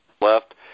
left